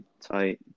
tight –